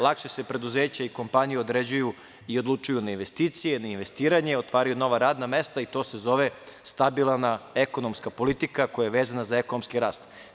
Lakše se preduzeća i kompanije određuju i odlučuju na investicije, investiranje, otvaraju nova radna mesta i to se zove stabilna ekonomska politika, koja je vezana za ekonomski rast.